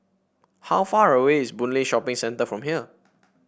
how far away is Boon Lay Shopping Centre from here